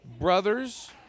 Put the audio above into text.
brothers